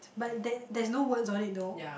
but there there's no words on it though